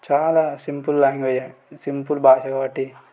చాలా simple language simple భాష కాబట్టి